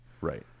Right